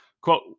Quote